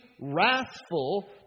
wrathful